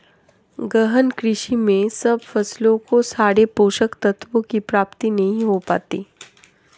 गहन कृषि में सब फसलों को सारे पोषक तत्वों की प्राप्ति नहीं हो पाती